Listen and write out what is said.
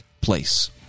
place